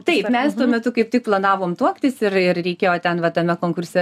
taip mes tuo metu kaip tik planavom tuoktis ir ir reikėjo ten va tame konkurse